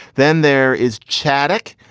then there is chaddock.